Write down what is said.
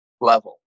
level